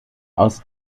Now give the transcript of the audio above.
aus